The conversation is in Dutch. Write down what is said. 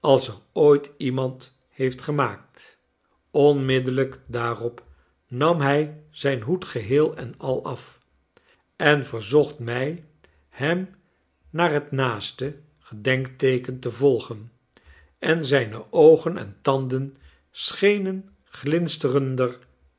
als er ooit iemand heeft gemaakt onmiddellijk daarop nam hij zijn hoed geheel en al af en verzocht mij hem naar het naaste gedenkteeken te volgen en zijne oogen en tanden schenen glinsterender